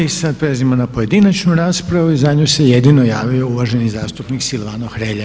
I sad prelazimo na pojedinačnu raspravu i za nju se jedino javio uvaženi zastupnik Silvano Hrelja.